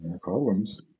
problems